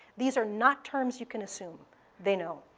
these are not terms you can assume they know.